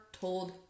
told